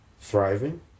thriving